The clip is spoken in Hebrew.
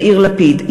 יאיר לפיד,